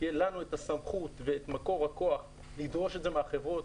שתהיה לנו את הסמכות ואת מקור הכוח לדרוש את זה מהחברות.